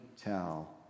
tell